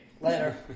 Later